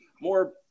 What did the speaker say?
more